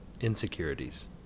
Insecurities